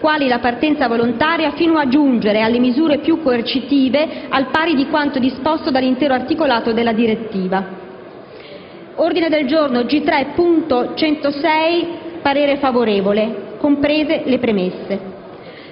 quali la partenza volontaria, fino a giungere alle misure più coercitive, al pari di quanto disposto dall'intero articolato della direttiva». Sull'ordine del giorno G3.106, esprimo parere favorevole, comprese le premesse.